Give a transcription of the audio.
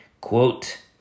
quote